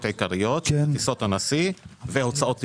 עיקריות טיסות הנשיא והוצאות תפעול.